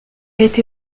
été